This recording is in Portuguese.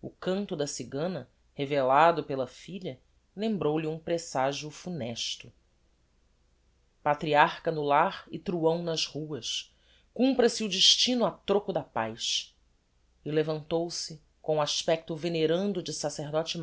o canto da cigana revelado pela filha lembrou-lhe um presagio funesto patriarcha no lar e truão nas ruas cumpra se o destino a troco da paz e levantou-se com o aspecto venerando de sacerdote